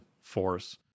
force